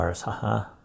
Haha